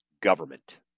government